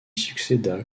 succéda